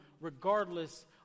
regardless